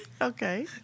Okay